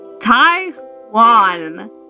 Taiwan